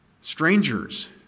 strangers